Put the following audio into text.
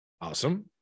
Awesome